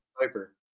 Viper